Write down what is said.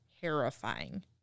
terrifying